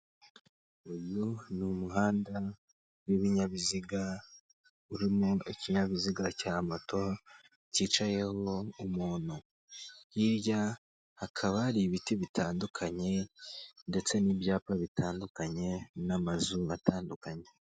Uyu ni umuhanda w'ibinyabiziga urimo ikinyabiziga cya moto cyicayeho umuntu, hirya hakaba hari ibiti bitandukanye ndetse n'ibyapa bitandukanye, n'amazu atandukanye.